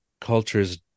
cultures